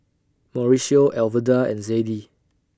Mauricio Alverda and Zadie